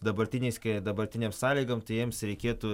dabartiniais dabartinėm sąlygom tai jiems reikėtų